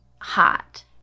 Hot